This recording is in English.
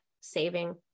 saving